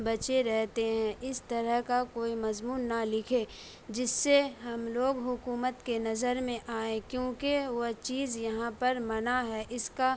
بچے رہتے ہیں اس طرح کا کوئی مضمون نہ لکھے جس سے ہم لوگ حکومت کے نظر میں آئیں کیونکہ وہ چیز یہاں پر منع ہے اس کا